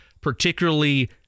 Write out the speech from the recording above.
particularly